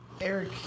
Eric